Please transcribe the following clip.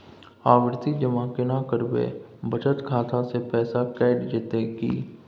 आवर्ति जमा केना करबे बचत खाता से पैसा कैट जेतै की?